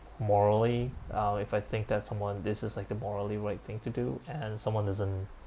morally uh if I think that someone this is like the morally right thing to do and someone isn't